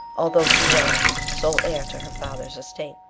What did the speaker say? although she was sole heir to her father's estate.